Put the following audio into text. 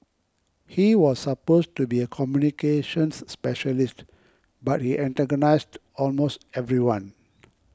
he was supposed to be a communications specialist but he antagonised almost everyone